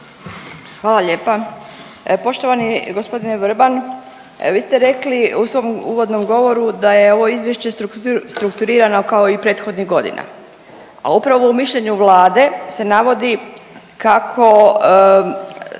Hvala lijepa. Poštovani gospodine Vrban, vi ste rekli u svom uvodnom govoru da je ovo izvješće strukturirano kao i prethodnih godina, a upravo u mišljenu vlade se navodi kako